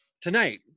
tonight